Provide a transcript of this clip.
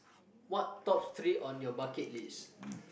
what top three on your bucket list